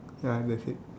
ya that's it